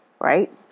right